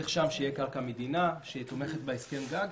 צריך שתהיה קרקע מדינה שתומכת בהסכם הגג.